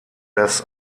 das